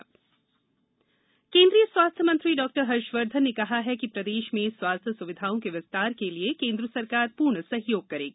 डॉहर्षवर्घन केन्द्रीय स्वास्थ्य मंत्री डॉ हर्षवर्धन ने कहा कि प्रदेश में स्वास्थ्य सुविघाओं के विस्तार के लिए केन्द्र सरकार पूर्ण सहयोग करेंगी